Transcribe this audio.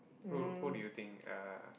who who do you think uh